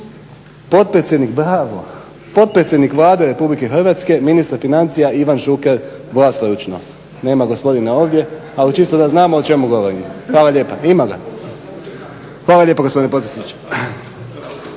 Potpredsjednik./… Bravo, potpredsjednik Vlade RH ministar financija Ivan Šuker, vlastoručno. Nema gospodina ovdje, ali čisto da znamo o čemu govorimo. Hvala lijepa gospodine potpredsjedniče.